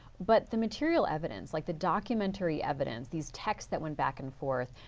but the material evidence, like the documentary evidence, these texts that went back and forth,